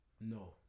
no